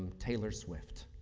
taylor swift.